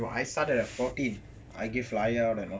I started at fourteen I gave flyer all that you know